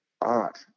art